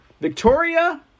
Victoria